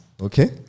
okay